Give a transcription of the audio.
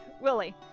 willie